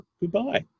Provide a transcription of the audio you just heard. goodbye